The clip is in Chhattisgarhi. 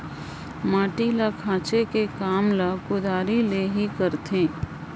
माटी ल खाचे कर काम ल कुदारी ले ही करथे